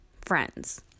friends